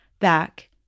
back